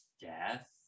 Death